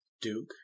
Duke